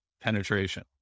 penetration